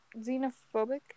xenophobic